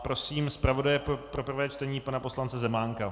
Prosím zpravodaje pro prvé čtení pana poslance Zemánka.